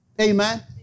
Amen